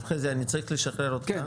טוב חזי אני צריך לשחרר אותך,